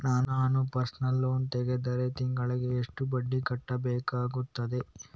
ನಾನು personal loan ತೆಗೆದರೆ ತಿಂಗಳಿಗೆ ಎಷ್ಟು ಬಡ್ಡಿ ಕಟ್ಟಬೇಕಾಗುತ್ತದೆ?